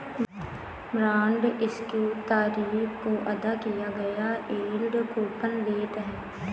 bond issue तारीख को अदा किया गया यील्ड कूपन रेट है